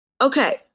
Okay